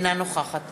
אינה נוכחת